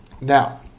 Now